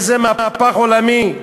איזה מהפך עולמי,